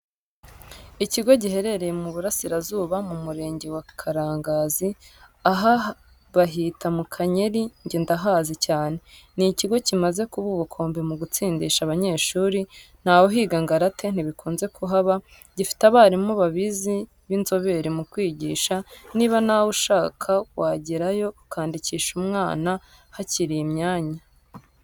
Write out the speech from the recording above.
Ikigo giherereye mu burasirazuba mu murenge wa Karangazi, aha bahita Mukanyeri nge ndahazi cyane. Ni ikigo kimaze kuba ubukombe mu gutsindisha abanyeshuri, ntawuhiga ngo arate. Ntibikunze kuhaba gifite abarimu babizi b'inzobere mu kwigisha, niba nawe uhashaka wagerayo ukandikisha umwana hakiri imyanya.